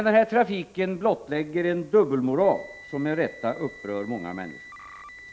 Denna trafik blottlägger en dubbelmoral som med rätta upprör många människor.